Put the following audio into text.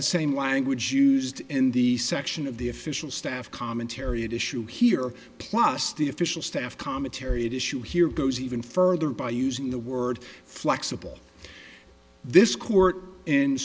the same language used in the section of the official staff commentary and issue here plus the official staff commentary at issue here goes even further by using the word flexible this court